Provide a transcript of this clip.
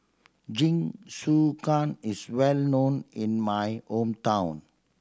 jingisukan is well known in my hometown